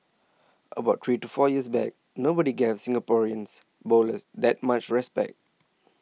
about three to four years back nobody gave Singaporeans bowlers that much respect